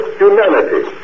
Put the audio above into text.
humanity